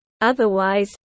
Otherwise